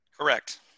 Correct